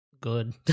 good